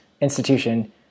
institution